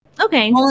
Okay